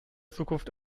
zukunft